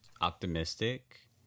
optimistic